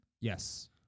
Yes